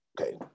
okay